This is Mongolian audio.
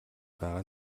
байгаа